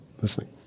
listening